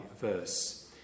verse